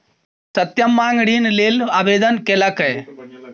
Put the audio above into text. सत्यम माँग ऋण लेल आवेदन केलकै